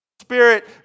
Spirit